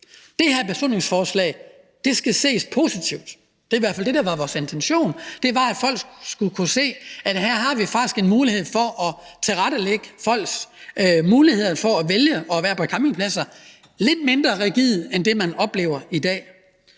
det er i hvert fald det, der var vores intention, altså at folk skulle kunne se, at her har vi faktisk en mulighed for at tilrettelægge folks muligheder for at vælge at være på campingpladser lidt mindre rigidt end det, man oplever i dag.